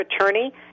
attorney